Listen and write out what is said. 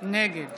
נגד